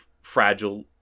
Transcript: fragile